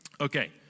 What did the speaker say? Okay